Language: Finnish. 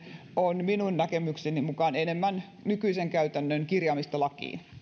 on minun näkemykseni mukaan enemmän nykyisen käytännön kirjaamista lakiin